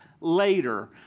later